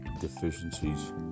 Deficiencies